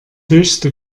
höchste